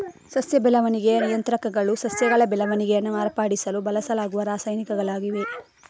ಸಸ್ಯ ಬೆಳವಣಿಗೆಯ ನಿಯಂತ್ರಕಗಳು ಸಸ್ಯಗಳ ಬೆಳವಣಿಗೆಯನ್ನ ಮಾರ್ಪಡಿಸಲು ಬಳಸಲಾಗುವ ರಾಸಾಯನಿಕಗಳಾಗಿವೆ